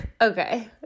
Okay